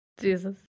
Jesus